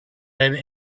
people